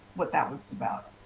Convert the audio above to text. what that was about.